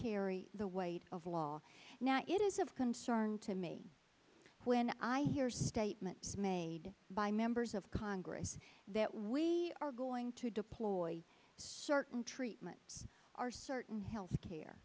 carry the weight of law now it is of concern to me when i hear statements made by members of congress that we are going to deploy certain treatments our certain health care